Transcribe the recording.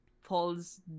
falls